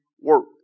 work